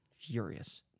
furious